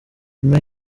nyuma